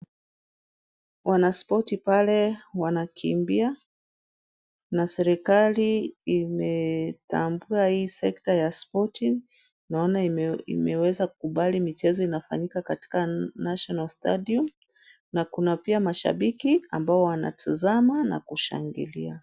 Wanasporti pale wanakimbia, na serikali imetambua hii sekta ya sporting. Naona ime- imeweza kubali michezo inafanyika katika national stadium na kuna pia mashabiki ambao wanatazama na kushangilia.